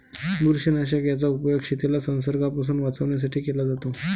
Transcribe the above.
बुरशीनाशक याचा उपयोग शेतीला संसर्गापासून वाचवण्यासाठी केला जातो